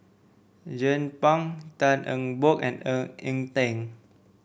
Jernnine Pang Tan Eng Bock and Ng Eng Teng